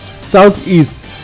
Southeast